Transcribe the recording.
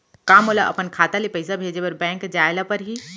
का मोला अपन खाता ले पइसा भेजे बर बैंक जाय ल परही?